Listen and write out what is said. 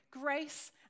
Grace